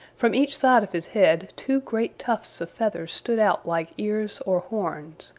from each side of his head two great tufts of feathers stood out like ears or horns.